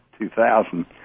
2000